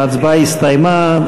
ההצבעה הסתיימה.